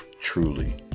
truly